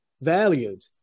valued